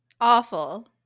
Awful